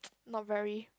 not very